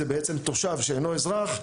זה בעצם תושב שאינו אזרח,